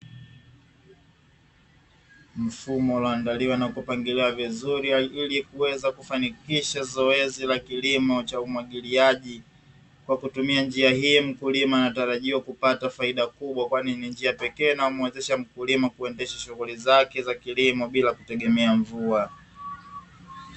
Mfumo ulioandaliwa na kupangiliwa vizuri, ili kuweza kufanikisha zoezi la kilimo cha umwagiliaji. Kwa kutumia njia hii mkulima anatarajiwa kupata faida kubwa, kwani ni njia pekee inayomuwezesha mkulima kuendesha shughuli zake za kilimo bila kutegemea mvua.